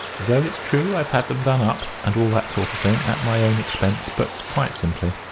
though it's true i've had them done up, and all that sort of thing, at my own expense but quite simply.